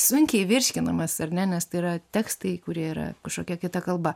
sunkiai virškinamas ar ne nes tai yra tekstai kurie yra kažkokia kita kalba